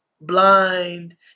blind